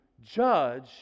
judge